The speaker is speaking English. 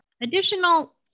Additional